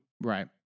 Right